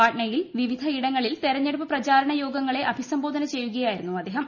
പട്നയിൽ വിവിധ ഇടങ്ങളിൽ തിരഞ്ഞെടുപ്പ് പ്രചാരണയോഗങ്ങളെ അഭിസംബോധന ചെയ്യുകയായിരുന്നു അദ്ദേഹം